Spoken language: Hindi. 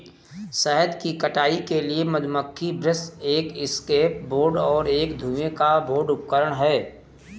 शहद की कटाई के लिए मधुमक्खी ब्रश एक एस्केप बोर्ड और एक धुएं का बोर्ड उपकरण हैं